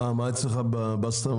מה יש אצלך בבסטה?